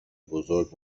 بزرگ